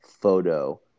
photo